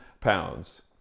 pounds